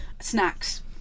snacks